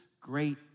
great